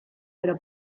pero